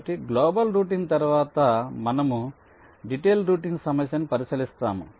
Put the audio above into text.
కాబట్టి global routing తరువాత మనము డిటైల్డ్ రౌటింగ్ సమస్యను పరిశీలిస్తాము